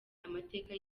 amateka